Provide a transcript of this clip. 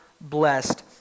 blessed